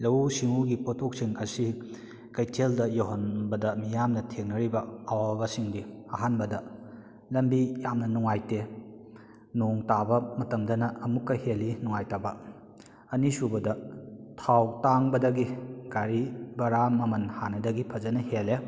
ꯂꯧꯎ ꯁꯤꯡꯎꯒꯤ ꯄꯣꯠꯊꯣꯛꯁꯤꯡ ꯑꯁꯤ ꯀꯩꯊꯦꯜꯗ ꯌꯧꯍꯟꯕꯗ ꯃꯤꯌꯥꯝꯅ ꯊꯦꯡꯅꯔꯤꯕ ꯑꯋꯥꯕꯁꯤꯡꯗꯤ ꯑꯍꯥꯟꯕꯗ ꯂꯝꯕꯤ ꯌꯥꯝꯅ ꯅꯨꯡꯉꯥꯏꯇꯦ ꯅꯣꯡ ꯇꯥꯕ ꯃꯇꯝꯗꯅ ꯑꯃꯨꯛꯀ ꯍꯦꯜꯂꯤ ꯅꯨꯡꯉꯥꯏꯇꯕ ꯑꯅꯤꯁꯨꯕꯗ ꯊꯥꯎ ꯇꯥꯡꯕꯗꯒꯤ ꯒꯥꯔꯤ ꯕꯔꯥ ꯃꯃꯟ ꯍꯥꯟꯅꯗꯒꯤ ꯐꯖꯅ ꯍꯦꯜꯂꯦ